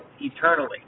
eternally